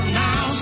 now